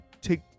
take